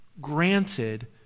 granted